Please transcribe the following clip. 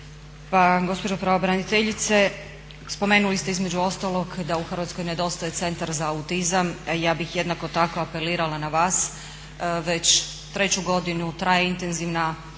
Pa gospođo pravobraniteljice spomenuli ste između ostalog da u Hrvatskoj nedostaje Centar za autizam, ja bih jednako tako apelirala na vas već treću godinu traje intenzivna akcija